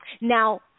now